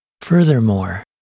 Furthermore